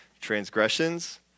transgressions